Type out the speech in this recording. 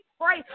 pray